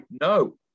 No